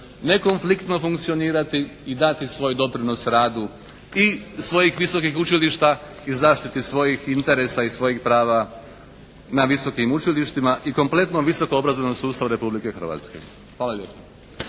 ne konfliktno funkcionirati i dati svoj doprinos radu i svojih visokih učilišta i zaštiti svojih interesa i svojih prava na visokim učilištima i kompletno visoko obrazovanom sustavu Republike Hrvatske. Hvala lijepa.